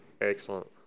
Excellent